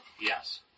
Yes